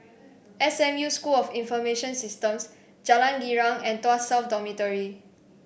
S M U School of Information Systems Jalan Girang and Tuas South Dormitory